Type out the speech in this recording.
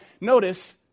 notice